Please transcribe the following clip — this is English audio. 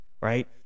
Right